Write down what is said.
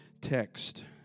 text